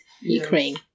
Ukraine